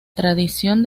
tradición